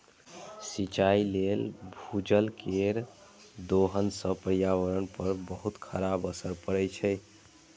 सिंचाइ लेल भूजल केर दोहन सं पर्यावरण पर बहुत खराब असर पड़ै छै